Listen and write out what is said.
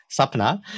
Sapna